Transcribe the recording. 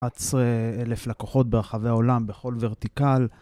11,000 לקוחות ברחבי העולם בכל ורטיקל.